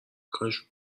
کاش